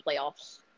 playoffs